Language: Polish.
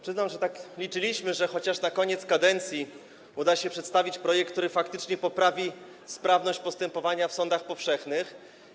Przyznam, że liczyliśmy, że chociaż na koniec kadencji uda się przedstawić projekt, który faktycznie poprawi sprawność postępowania w sądach powszechnych.